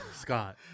scott